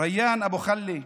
ריאן אבו חלא,